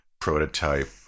prototype